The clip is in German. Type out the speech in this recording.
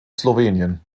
slowenien